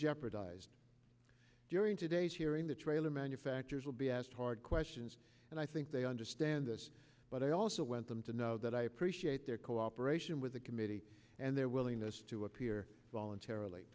jeopardized during today's hearing the trailer manufacturers will be asked hard questions and i think they understand this but i also went them to know that i appreciate their cooperation with the committee and their willingness to appear voluntarily